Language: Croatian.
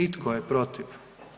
I tko je protiv?